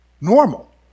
Normal